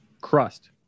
Crust